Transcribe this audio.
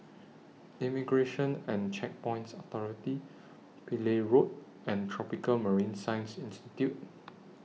Immigration and Checkpoints Authority Pillai Road and Tropical Marine Science Institute